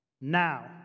Now